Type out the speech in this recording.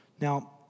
Now